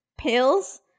pills